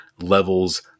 levels